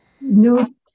new